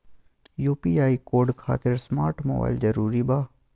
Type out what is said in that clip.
UPI code खातिर smart mobile जरूरी बा?